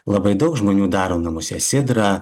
labai daug žmonių daro namuose sidrą